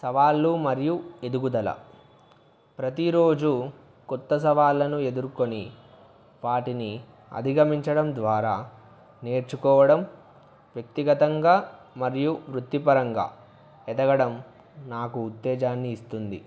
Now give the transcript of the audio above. సవాళ్ళు మరియు ఎదుగుదల ప్రతిరోజు కొత్త సవాళ్ను ఎదుర్కుని వాటిని అధిగమించడం ద్వారా నేర్చుకోవడం వ్యక్తిగతంగా మరియు వృత్తిపరంగా ఎదగడం నాకు ఉత్తేజాన్ని ఇస్తుంది